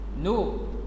no